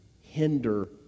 hinder